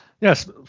Yes